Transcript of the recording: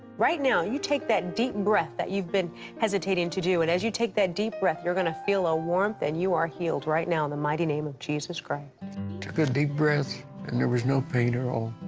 right now, you take that deep breath that you've been hesitating to do, and as you take that deep breath, you're going to feel a warmth and you are healed right now, in the mighty name of jesus christ. i took a deep breaths and there was no pain at all.